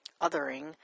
Othering